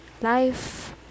life